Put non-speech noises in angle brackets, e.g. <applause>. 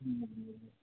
<unintelligible>